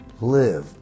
live